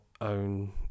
own